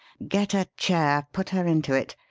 get a chair put her into it.